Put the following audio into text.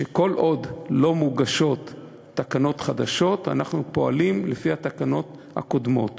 שכל עוד לא מוגשות תקנות חדשות אנחנו פועלים לפי התקנות הקודמות.